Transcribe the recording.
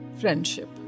friendship